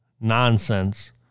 nonsense